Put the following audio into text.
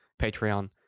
Patreon